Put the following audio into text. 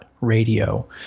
radio